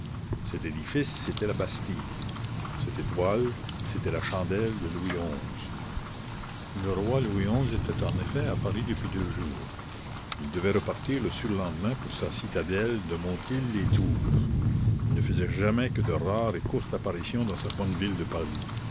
cet édifice c'était la bastille cette étoile c'était la chandelle de louis xi le roi louis xi était en effet à paris depuis deux jours il devait repartir le surlendemain pour sa citadelle de montilz lès tours il ne faisait jamais que de rares et courtes apparitions dans sa bonne ville de paris